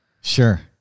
sure